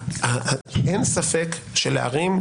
אין ספק שלערים,